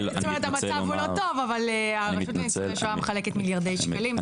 המצב הוא לא טוב אבל הרשות לניצולי שואה מחלקת מיליארדי שקלים.